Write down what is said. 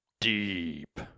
deep